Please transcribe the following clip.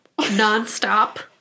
Nonstop